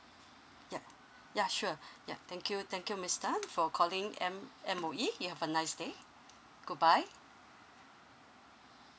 ya ya sure yup thank you thank you miss tan for calling M~ M_O_E you have a nice day good bye